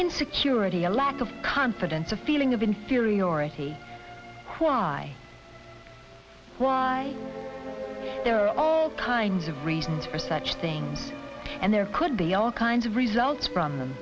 insecurity a lack of confidence a feeling of inferiority why why there are all kinds of reasons for such things and there could be all kinds of results from them